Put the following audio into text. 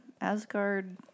Asgard